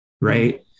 right